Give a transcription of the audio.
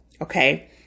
Okay